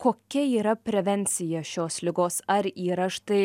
kokia yra prevencija šios ligos ar yra štai